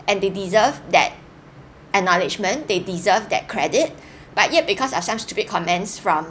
and they deserve that acknowledgement they deserve that credit but yet because of some stupid comments from